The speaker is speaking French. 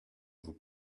vous